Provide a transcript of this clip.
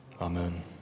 Amen